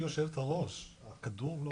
גברתי יושבת הראש, הכדור לא אצלנו.